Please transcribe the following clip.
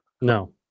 No